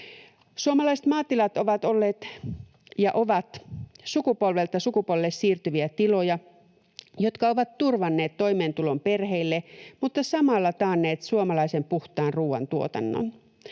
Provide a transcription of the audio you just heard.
Suomalaiset maatilat ovat olleet ja ovat sukupolvelta sukupolvelle siirtyviä tiloja, jotka ovat turvanneet toimeentulon perheille mutta samalla taanneet suomalaisen puhtaan ruuantuotannon.